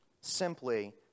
simply